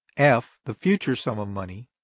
f, the future sum of money,